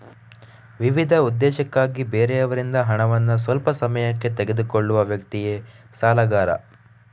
ವಿವಿಧ ಉದ್ದೇಶಕ್ಕಾಗಿ ಬೇರೆಯವರಿಂದ ಹಣವನ್ನ ಸ್ವಲ್ಪ ಸಮಯಕ್ಕೆ ತೆಗೆದುಕೊಳ್ಳುವ ವ್ಯಕ್ತಿಯೇ ಸಾಲಗಾರ